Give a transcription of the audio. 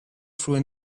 through